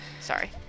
Sorry